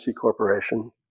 Corporation